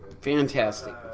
fantastic